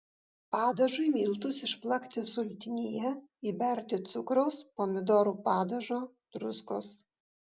padažui miltus išplakti sultinyje įberti cukraus pomidorų padažo druskos